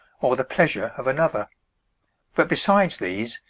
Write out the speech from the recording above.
or the pleasure of another but besides these,